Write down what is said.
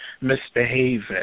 misbehaving